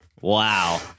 Wow